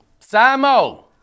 Simo